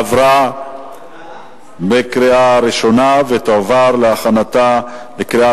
עברה בקריאה ראשונה ותועבר להכנתה לקריאה